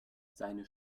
seine